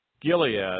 Gilead